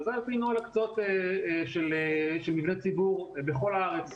וזה על פי נוהל הקצאות של מבני ציבור בכל הארץ.